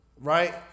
right